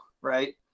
right